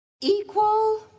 Equal